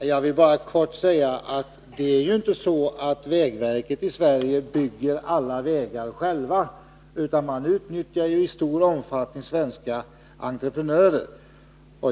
Herr talman! Jag vill bara kort säga att det inte är så att vägverket självt bygger alla vägar i Sverige, utan man utnyttjar i stor omfattning svenska entreprenörer.